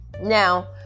now